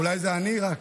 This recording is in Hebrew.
אולי זה רק אני?